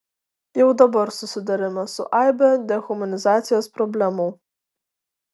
jau dabar susiduriame su aibe dehumanizacijos problemų